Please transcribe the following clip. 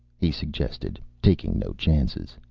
he suggested, taking no chances.